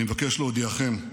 אני מבקש להודיעכם: